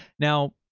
now,